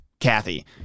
Kathy